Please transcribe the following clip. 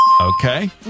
Okay